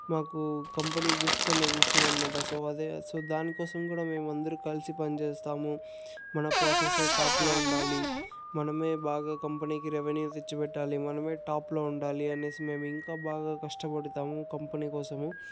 మాకు company gifts అనేది ఇస్తుందనమాట సో అదే సో దానికోసం కూడా మేము అందరు కలిసి పనిచేస్తాము మన ప్రాసెస్సే టాప్లో ఉండాలి మనమే బాగా కంపెనీకి రెవిన్యూ తెచ్చి పెట్టాలి మనమే టాప్లో ఉండాలి అనేసి మేము ఇంకా బాగా కష్టపడుతాము కంపెనీ కోసము